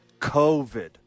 COVID